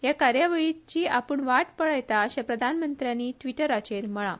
हे कार्यावळीची आपुण वाट पळेता अशे प्रधानमंत्र्यानी ट्रीटराचेर म्हळा